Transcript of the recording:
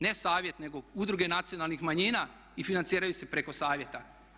Ne Savjet, nego udruge nacionalnih manjina i financiraju se preko Savjeta.